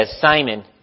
Simon